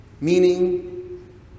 meaning